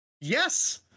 yes